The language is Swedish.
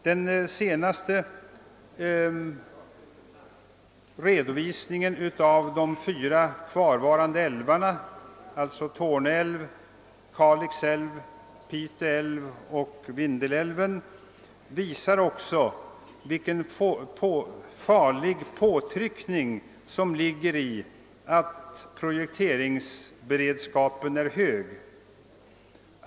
Den senaste redovisningen av de fyra kvarvarande älvarna, alltså Torne älv, Kalix älv, Pite älv och Vindelälven, visar också vilken farlig påtryckning som ligger i en hög projekteringsberedskap.